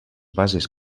bases